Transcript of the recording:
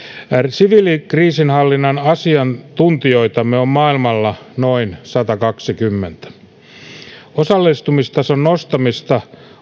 siviilikriisinhallinnan asiantuntijoitamme on maailmalla noin satakaksikymmentä osallistumistasomme nostamista